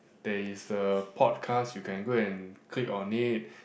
there is a podcast you can go and click on it